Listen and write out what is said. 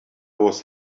was